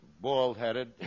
Bald-headed